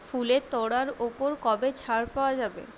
ফুলের তোড়ার ওপর কবে ছাড় পাওয়া যাবে